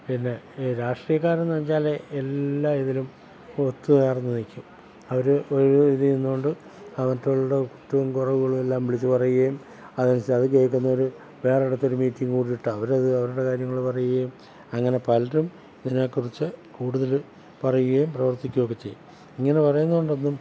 പിന്നെ ഈ രാഷ്ട്രീയക്കാരെന്ന് വച്ചാൽ എല്ലാ ഇതിലും ഒത്തുചേർന്ന് നിൽക്കും അവർ ഒരു ഇതിൽ നിന്നുകൊണ്ട് അവർക്കുള്ള കുറ്റവും കുറവുകളെല്ലാം വിളിച്ചു പറയുകയും അതിൽ നിന്ന് വെച്ചാൽ അത് കേൾക്കുന്നവർ വേറൊരിടത്ത് ഒരു മീറ്റിങ്ങ് കൂടിയിട്ട് അവരത് അവരുടെ കാര്യങ്ങൾ പറയുകയും അങ്ങനെ പലരും ഇതിനെക്കുറിച്ച് കൂടുതൽ പറയുകയും പ്രവർത്തിക്കുകയും ഒക്കെ ചെയ്യും ഇങ്ങനെ പറയുന്നതുകൊണ്ടൊന്നും